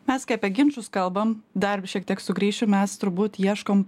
mes kai apie ginčus kalbam dar vis šiek tiek sugrįšiu mes turbūt ieškom